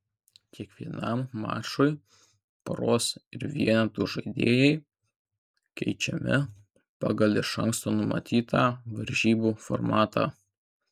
kiekvienam mačui poros ir vienetų žaidėjai keičiami pagal iš anksto numatytą varžybų formatą